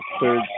third